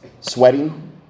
sweating